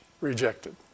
rejected